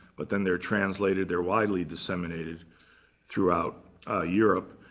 but then they're translated. they're widely disseminated throughout europe.